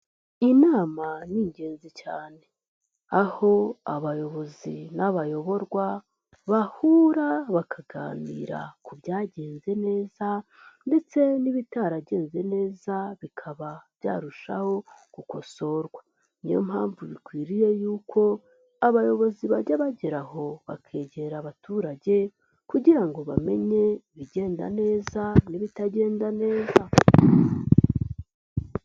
Inama ni ingenzi cyane aho abayobozi n'abayoborwa bahura bakaganira ku byagenze neza ndetse n'ibitaragenze neza bikaba byarushaho gukosorwa, niyo mpamvu bikwiriye y'uko abayobozi bajya bageraho bakegera abaturage kugira ngo bamenye ibigenda neza n'ibitagenda neza.